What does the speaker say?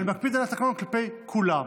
אני מקפיד על התקנון כלפי כולם.